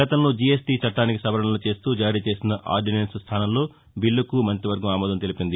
గతంలో జీఎస్టీ చట్టానికి సవరణలు చేస్తూ జారీ చేసిన ఆర్డినెన్స్ స్థానంలో బిల్లుకు మంత్రివర్గం ఆమోదం తెలిపింది